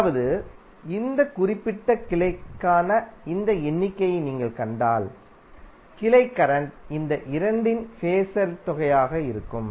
அதாவது இந்த குறிப்பிட்ட கிளைக்கான இந்த எண்ணிக்கையை நீங்கள் கண்டால் கிளை கரண்ட் இந்த இரண்டின் ஃபேஸர் தொகையாக இருக்கும்